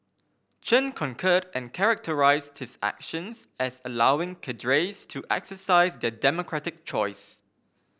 chen concurred and characterised his actions as allowing cadres to exercise their democratic choice